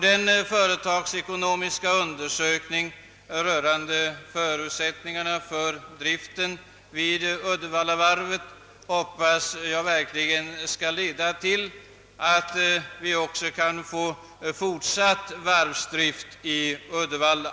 Den företagsekonomiska undersökningen rörande förutsättningarna för driften i Uddevallavarvet hoppas jag verkligen skall leda till att vi kan få fortsatt varvsdrift i Uddevalla.